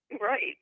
Right